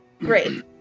great